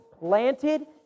planted